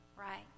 right